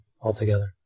altogether